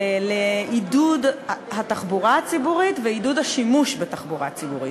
לעידוד התחבורה הציבורית ועידוד השימוש בתחבורה הציבורית.